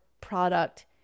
product